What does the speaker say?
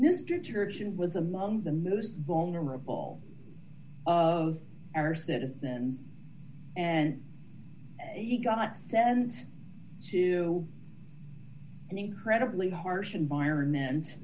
mr churchill was among the most vulnerable of our citizens and he got sent to an incredibly harsh environment